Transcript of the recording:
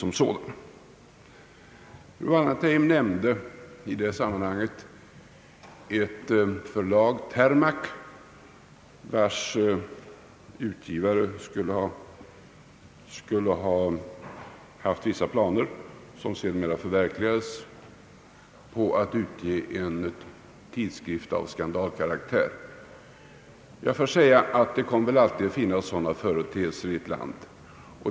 Fru Wallentheim nämnde ett förlag, Termac, vars utgivare skulle ha haft vissa planer, som sedermera förverkligades, på att utge en tidskrift av skandalkaraktär. Det kommer väl alltid att finnas sådana företeelser.